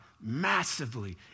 massively